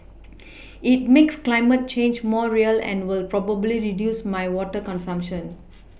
it makes climate change more real and will probably reduce my water consumption